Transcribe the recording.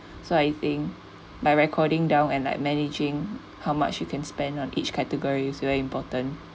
so I think by recording down and like managing how much you can spend on each categories very important